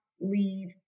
leave